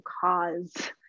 cause